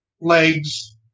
legs